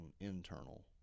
internal